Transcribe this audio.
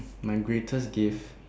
my greatest gift